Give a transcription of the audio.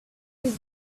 you